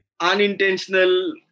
unintentional